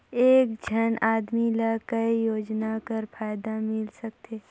एक झन आदमी ला काय योजना कर फायदा मिल सकथे?